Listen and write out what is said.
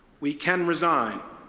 we can resign.